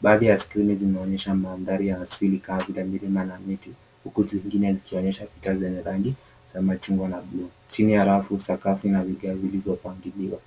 Baadhi ya skrini zinaonyesha mandhari ya asili kama vile milima na miti huku zingine zikionyesha picha zenye rangi za machungwa na buluu. Chini ya rafu, sakafu ina vigae vilivyopangiliwa.